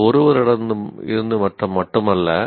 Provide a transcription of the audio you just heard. அது ஒருவரிடமிருந்து மட்டுமல்ல